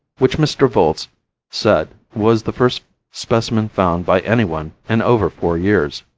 which mr. volz said was the first specimen found by anyone in over four years.